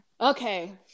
Okay